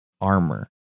Armor